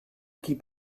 keep